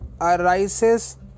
arises